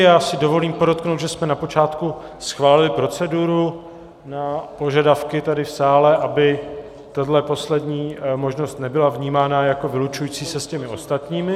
Já si dovolím podotknout, že jsme na počátku schválili proceduru na požadavky tady v sále, aby tahle poslední možnost nebyla vnímána jako vylučující se s těmi ostatními.